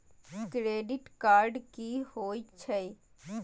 Credit card की होई छै?